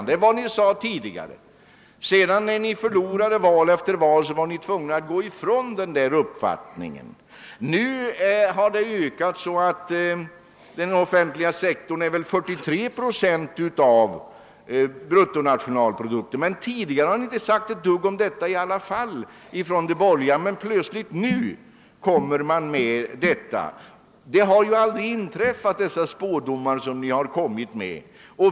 Efter att ha gått tillbaka i val efter val har ni emellertid blivit tvungna att frångå denna inställning. Nu har den offentliga sektorn ökat så att den har hand om ca 43 procent av bruttonationalprodukten. Tidigare under en följd av år har ni inte på borgerligt håll sagt något härom, men nu riktar ni åter in er på detta. Era spådomar har dock aldrig blivit besannade.